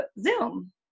Zoom